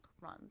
run